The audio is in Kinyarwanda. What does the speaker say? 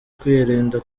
kwirinda